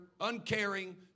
uncaring